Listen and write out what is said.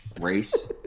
race